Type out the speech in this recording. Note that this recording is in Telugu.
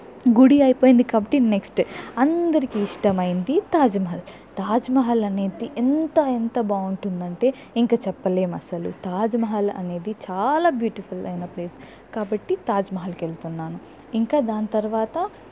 గుడి అయిపోయింది కాబట్టి నెక్స్ట్ అందరికీ ఇష్టమైంది తాజ్మహల్ తాజ్మహల్ అనేది ఎంత ఎంత బావుంటుందంటే ఇంక చెప్పలేం అసలు తాజ్మహల్ అనేది చాలా బ్యూటిఫుల్ అయిన ప్లేస్ కాబట్టి తాజ్మహల్కి వెళ్తున్నాను ఇంకా దాని తర్వాత